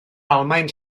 almaen